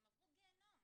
הם עברו גיהינום.